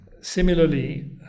Similarly